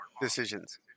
decisions